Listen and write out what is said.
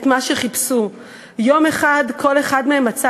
את מה שחיפשו: יום אחד כל אחד מהם מצא